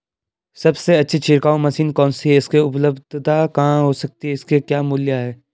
सबसे अच्छी छिड़काव मशीन कौन सी है इसकी उपलधता कहाँ हो सकती है इसके क्या मूल्य हैं?